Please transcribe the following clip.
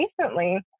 recently